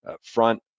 front